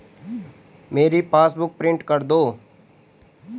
मेरी passbook print कर दो